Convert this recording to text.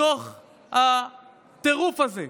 בתוך הטירוף הזה,